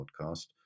podcast